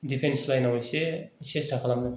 defence लाइनआव एसे सेसथा खालामदों